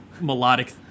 melodic